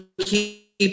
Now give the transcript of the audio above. keep